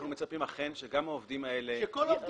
אכן מצפים שגם העובדים האלה --- שכל העובדים האלה יקבלו הכשרה?